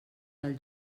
del